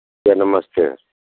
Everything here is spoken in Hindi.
या नमस्ते